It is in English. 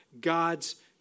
God's